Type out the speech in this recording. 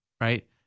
right